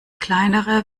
kleinere